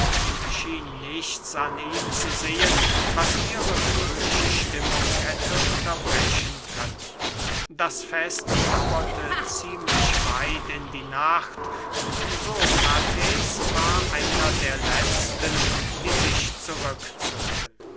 nichts an ihm zu sehen was ihre fröhliche stimmung hätte unterbrechen können das fest dauerte ziemlich weit in die nacht und sokrates war einer der letzten die sich